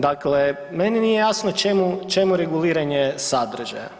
Dakle, meni nije jasno čemu reguliranje sadržaja.